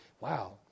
wow